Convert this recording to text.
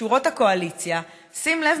החלטה פוליטית שהתקבלה זה עתה בשורות הקואליציה שים לב,